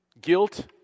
guilt